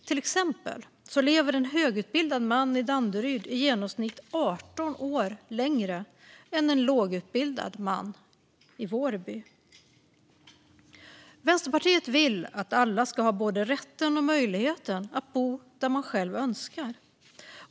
Till exempel lever en högutbildad man i Danderyd i genomsnitt 18 år längre än en lågutbildad man i Vårby. Vänsterpartiet vill att alla ska ha både rätten och möjligheten att bo där man själv önskar.